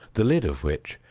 the lid of which,